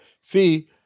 See